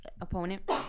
opponent